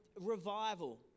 revival